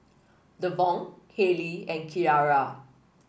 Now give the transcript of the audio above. Devaughn Haley and Keara